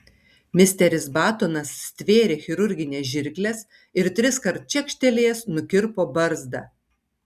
misteris batonas stvėrė chirurgines žirkles ir triskart čekštelėjęs nukirpo barzdą